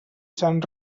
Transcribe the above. sant